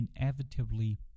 inevitably